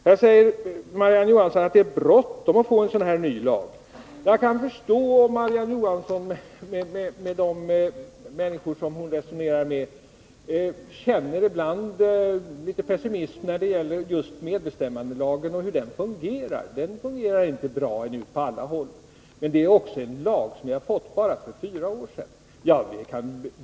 Marie-Ann Johansson säger här att det är bråttom med att få en sådan här ny lag. Jag kan förstå om Marie-Ann Johansson tillsammans med de människor som hon resonerar med ibland känner viss pessimism när det gäller just medbestämmandelagen och hur den fungerar. Den fungerar ännu inte bra på alla håll, men det är också en lag som vi fick för bara fyra år sedan.